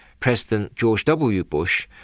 president george w. bush,